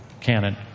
canon